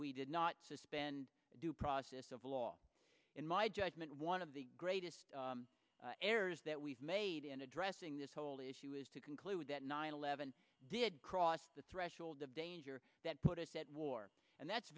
we did not suspend due process of law in my judgment one of the greatest errors that we've made in addressing this whole issue is to conclude that nine eleven did cross the threshold of danger that put us at war and that's